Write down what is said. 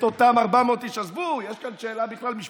את אותם 400 איש, עזבו, יש כאן בכלל שאלה משפטית.